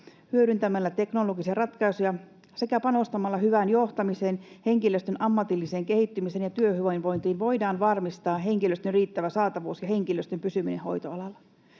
hyödyntämällä teknologisia ratkaisuja sekä panostamalla hyvään johtamiseen, henkilöstön ammatilliseen kehittymiseen ja työhyvinvointiin voidaan varmistaa henkilöstön riittävä saatavuus ja henkilöstön pysyminen hoitoalalla.”